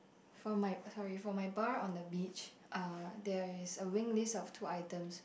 for my uh sorry for my bar on the beach uh there is a wing list of two items